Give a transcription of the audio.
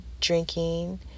drinking